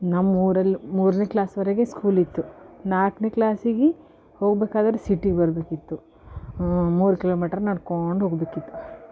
ನಮ್ಮ ಊರಲ್ಲಿ ಮೂರನೇ ಕ್ಲಾಸ್ವರೆಗೆ ಸ್ಕೂಲಿತ್ತು ನಾಲ್ಕ್ನೇ ಕ್ಲಾಸಿಗೆ ಹೋಗಬೇಕಾದ್ರೆ ಸಿಟಿಗೆ ಬರಬೇಕಿತ್ತು ಮೂರು ಕಿಲೋಮೀಟ್ರ್ ನಡ್ಕೊಂಡು ಹೋಗ್ಬೇಕಿತ್ತು